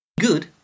good